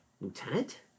Lieutenant